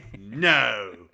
No